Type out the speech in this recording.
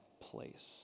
place